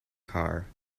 car